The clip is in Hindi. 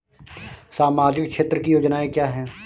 सामाजिक क्षेत्र की योजनाएँ क्या हैं?